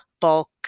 bulk